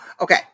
okay